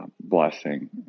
blessing